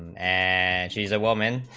and and she's a woman